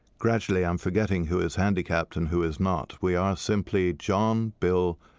gradually, i'm forgetting who is handicapped and who is not. we are simply john, bill,